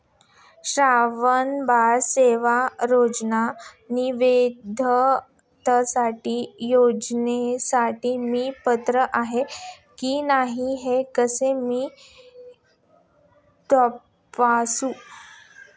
श्रावणबाळ सेवा राज्य निवृत्तीवेतन योजनेसाठी मी पात्र आहे की नाही हे मी कसे तपासू?